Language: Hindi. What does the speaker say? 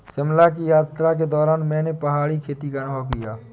शिमला की यात्रा के दौरान मैंने पहाड़ी खेती का अनुभव किया